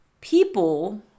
People